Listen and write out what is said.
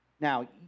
Now